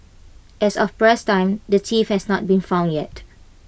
as of press time the thief has not been found yet